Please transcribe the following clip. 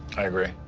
i agree.